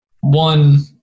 one